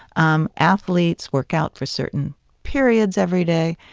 um athletes work out for certain periods every day.